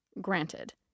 Granted